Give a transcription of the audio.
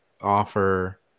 offer